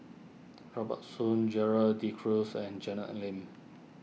Robert Soon Gerald De Cruz and Janet Lim